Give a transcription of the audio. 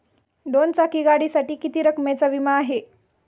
दोन चाकी गाडीसाठी किती रकमेचा विमा आहे?